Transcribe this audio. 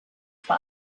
spy